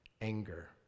anger